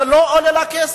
לא עולה לה כסף.